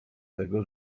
tego